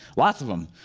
lots of them.